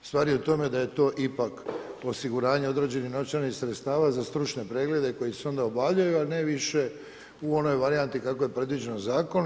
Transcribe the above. Stvar je u tome da je to ipak osiguranje određenih novčanih sredstava za stručne preglede koji se onda obavljaju, a ne više u onoj varijanti kako je predviđeno zakonom.